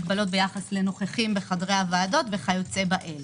ביחס לנוכחים בחדרי הוועדות וכיוצא באלה.